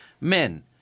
men